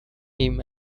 him